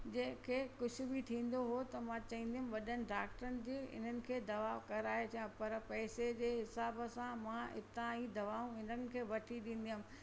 जंहिंखे कुझु बि थींदो हुओ त मां चवंदी हुअमि वॾनि डाक्टरनि जी इन्हनि खे दवा कराए अचा पर पैसे जे हिसाब सां मां इतां ई दवाऊं हिननि खे वठी ॾींदी हुअमि